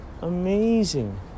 amazing